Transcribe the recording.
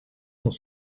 sont